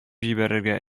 җибәрергә